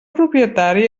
propietari